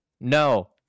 no